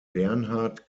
bernhard